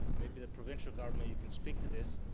maybe the provincial government can speak to this,